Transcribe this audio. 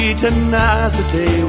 tenacity